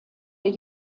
der